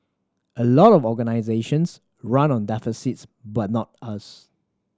a lot of organisations run on deficits but not us